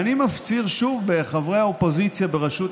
אני מפציר שוב בחברי האופוזיציה בראשות